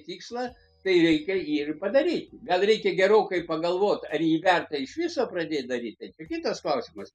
tikslą tai reikia jį ir padaryti gal reikia gerokai pagalvot ar verta iš viso pradėt daryt tai kitas klausimas